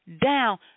down